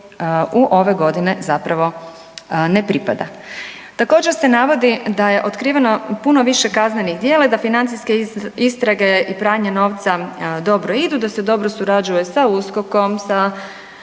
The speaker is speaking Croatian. u ove godine zapravo ne pripada? Također se navodi da je otkriveno puno više kaznenih djela i da financijske istrage i pranje novca dobro idu, da se dobro surađuje sa USKOK-om, sa